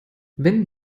wenn